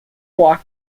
walk